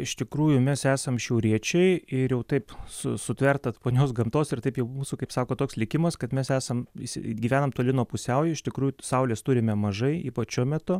iš tikrųjų mes esam šiauriečiai ir jau taip su sutverta ponios gamtos ir taip jau mūsų kaip sako toks likimas kad mes esam visi gyvename toli nuo pusiaujo iš tikrųjų saulės turime mažai ypač šiuo metu